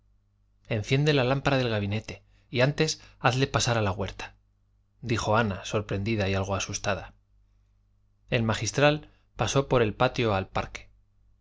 enciende la lámpara del gabinete y antes hazle pasar a la huerta dijo ana sorprendida y algo asustada el magistral pasó por el patio al parque